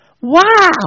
Wow